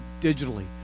digitally